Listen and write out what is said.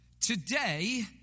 today